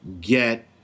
get